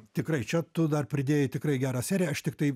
tikrai čia tu dar pridėjai tikrai gerą seriją aš tiktai